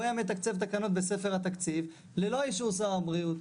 הוא היה מתקצב תקנות בספר התקציב ללא אישור שר הבריאות.